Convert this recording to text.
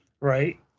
right